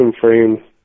frame